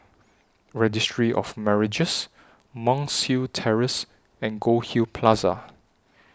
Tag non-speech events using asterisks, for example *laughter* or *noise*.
Registry of Marriages *unintelligible* Terrace and Goldhill Plaza